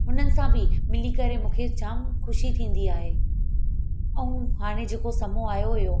हुननि सां बि मिली करे मूंखे जाम ख़ुशी थींदी आहे ऐं हाणे जेको समो आयो हुयो